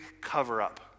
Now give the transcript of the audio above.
Cover-Up